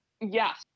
Yes